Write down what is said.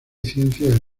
ciencias